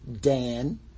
Dan